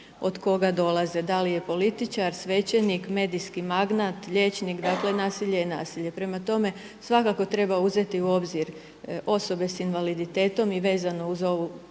od koga dolaze, da li je političar, svećenik, medijski magnat, liječnik. Dakle, nasilje je nasilje. Prema tome, svakako treba uzeti u obzir osobe sa invaliditetom i vezano uz ovu konvenciju